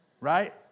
right